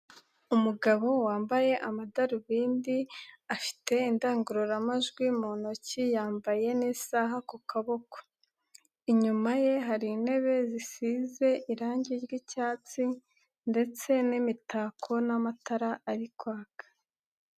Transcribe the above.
Umugabo wambaye amadarubindi, afite indangururamajwi mu ntoki, yambaye n'isaha ku kaboko, inyuma ye hari intebe zisize irangi ry'icyatsi ndetse n'imitako n'amatara ari kwaka.